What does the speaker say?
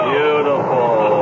Beautiful